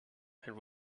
and